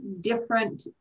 different